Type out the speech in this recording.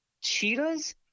Cheetahs